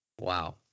Wow